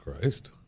Christ